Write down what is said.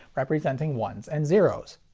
representing ones and zeroes.